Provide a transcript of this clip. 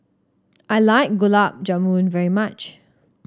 I like Gulab Jamun very much